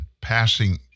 passing